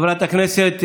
חברת הכנסת